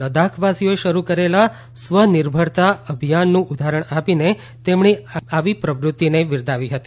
લદ્દાખવાસીઓએ શરૂ કરેલા સ્વનિર્ભરતા અભિયાનનું ઉદાહરણ આપીને તેમણે આવી પ્રવૃત્તિને બિરદાવી હતી